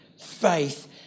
faith